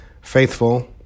faithful